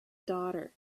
daughter